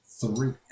Three